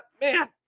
man